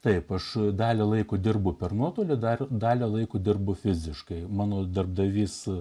taip aš dalį laiko dirbu per nuotolį dar dalį laiko dirbu fiziškai mano darbdavys